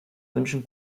wünschen